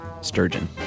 sturgeon